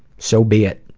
so be it.